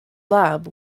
lab